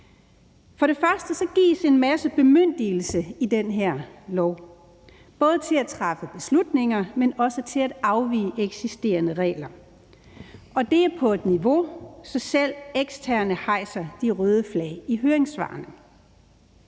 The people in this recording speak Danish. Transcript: For det første gives en masse bemyndigelse i det her lovforslag, både til at træffe beslutninger, men også til at afvige fra eksisterende regler, og det er på et niveau, så selv eksterne hejser de røde flag i høringssvarene.